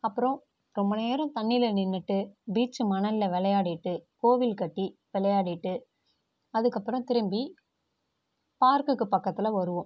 அப்புறோம் ரொம்ப நேரம் தண்ணியில் நின்றுட்டு பீச்சு மணலில் விளையாடிட்டு கோவில் கட்டி விளையாடிட்டு அதுக்கப்புறோம் திரும்பி பார்க்குக்கு பக்கத்தில் வருவோம்